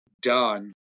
done